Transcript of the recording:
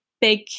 big